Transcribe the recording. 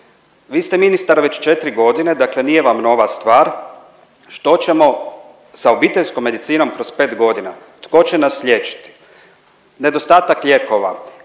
Vi ste ministar već 4.g., dakle nije vam nova stvar, što ćemo sa obiteljskom medicinom kroz 5.g., tko će nas liječiti? Nedostatak lijekova,